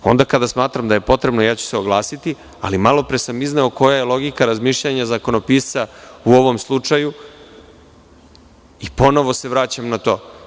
Onda kada smatram da je potrebno, ja ću se oglasiti, ali malopre sam izneo koja je logika razmišljanja zakonopisca u ovom slučaju i ponovo se vraćam na to.